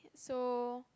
so